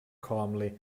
calmly